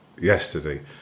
yesterday